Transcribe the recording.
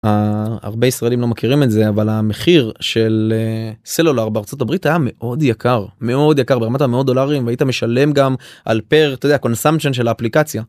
הרבה ישראלים לא מכירים את זה אבל המחיר של סלולר בארצות הברית היה מאוד יקר. מאוד יקר, ברמת המאוד דולרים והיית משלם גם על פר קונסמפצ'ן של האפליקציה.